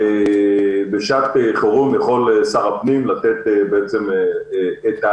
שבשעת חירום יכול שר הפנים לתת את ההנחה.